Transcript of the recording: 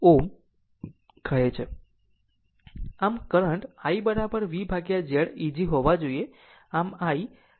આમ current I V Z eg હોવા જોઈએ